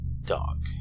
dog